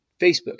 Facebook